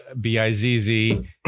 B-I-Z-Z